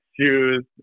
shoes